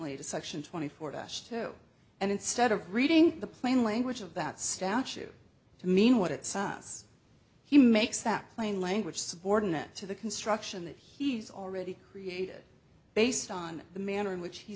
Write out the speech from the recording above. ly to section twenty four dash two and instead of reading the plain language of that statute to mean what it sounds he makes that plain language subordinate to the construction that he's already created based on the manner in which he